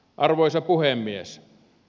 arvoisa puhemies